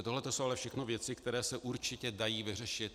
Tohle jsou všechno věci, které se určitě dají vyřešit.